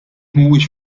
mhuwiex